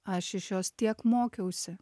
aš iš jos tiek mokiausi